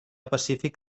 pacífic